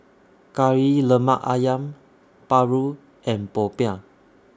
Kari Lemak Ayam Paru and Popiah